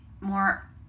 more